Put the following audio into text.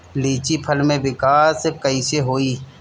लीची फल में विकास कइसे होई?